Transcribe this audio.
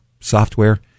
software